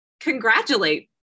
congratulate